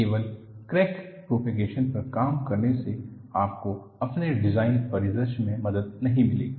केवल crack propagation पर काम करने से आपको अपने डिजाइन परिदृश्य में मदद नहीं मिलेगी